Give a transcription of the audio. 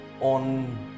on